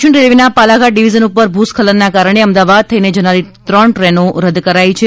દક્ષિણ રેલવેના પાલાઘાટ ડિવિઝન પર ભૂસ્ખલનના કારણે અમદાવાદ થઈને જનારી ત્રણ ટ્રેનો રદ કરાઈ છે